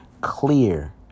clear